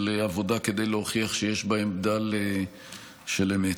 עבודה כדי להוכיח שיש בהם בדל של אמת.